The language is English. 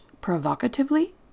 provocatively